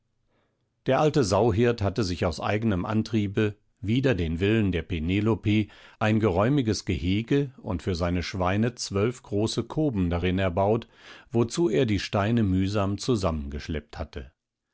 der alte sauhirt hatte sich aus eigenem antriebe wider den willen der penelope ein geräumiges gehege und für seine schweine zwölf große kofen darin erbaut wozu er die steine mühsam zusammengeschleppt hatte